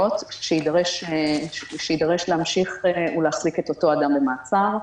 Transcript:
שיידרש להמשיך ולהחזיק את אותו אדם במעצר.